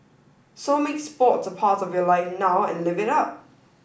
so make sports a part of your life now and live it up